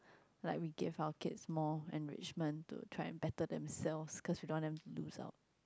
like we give our kids more enrichment to try and better themselves because we don't want them to lose out